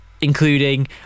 including